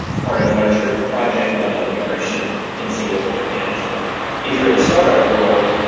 part of larger project level integration in single point management if you're in the startup world,